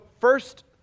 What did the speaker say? first